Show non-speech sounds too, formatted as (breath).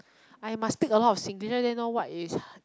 I must speak a lot of singlish let them know what is (breath)